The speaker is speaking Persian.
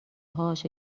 هاش